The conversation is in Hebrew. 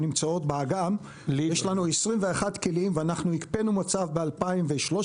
שנמצאות באגם יש לנו 21 כלים ואנחנו הקפאנו מצב ב-2013.